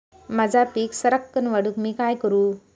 माझी पीक सराक्कन वाढूक मी काय करू?